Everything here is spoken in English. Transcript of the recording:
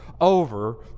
over